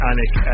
Anik